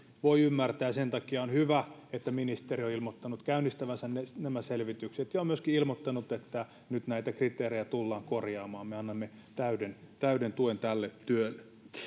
voi ymmärtää ja sen takia on hyvä että ministeri on ilmoittanut käynnistävänsä nämä selvitykset ja on myöskin ilmoittanut että nyt näitä kriteerejä tullaan korjaamaan me annamme täyden täyden tuen tälle työlle